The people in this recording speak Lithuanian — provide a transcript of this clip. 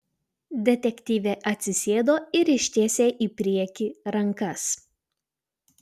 detektyvė atsisėdo ir ištiesė į priekį rankas